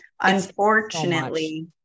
Unfortunately